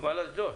נמל אשדוד,